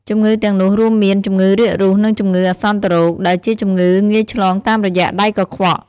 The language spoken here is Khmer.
ជំងឺទាំងនោះរួមមាន ជំងឺរាគរូស និងជំងឺអាសន្នរោគ ដែលជាជំងឺងាយឆ្លងតាមរយៈដៃកខ្វក់។